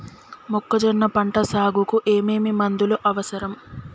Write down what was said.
మొక్కజొన్న పంట సాగుకు ఏమేమి మందులు అవసరం?